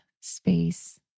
space